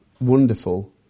wonderful